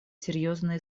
серьезные